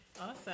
Awesome